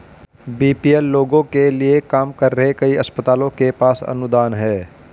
BPL लोगों के लिए काम कर रहे कई अस्पतालों के पास अनुदान हैं